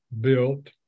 Built